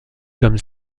comme